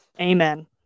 Amen